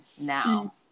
now